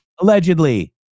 allegedly